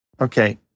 Okay